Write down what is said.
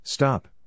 Stop